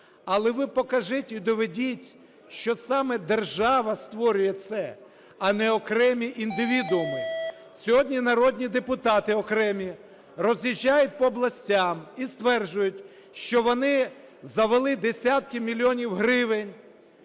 Але ви покажіть і доведіть, що саме держава створює це, а не окремі індивідууми. Сьогодні народні депутати окремі роз'їжджають по областям і стверджують, що вони завели десятки мільйонів гривень,